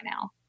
now